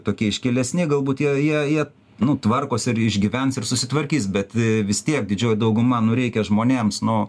tokie iškilesni galbūt jie jie nu tvarkosi ir išgyvens ir susitvarkys bet vis tiek didžioji dauguma nu reikia žmonėms nu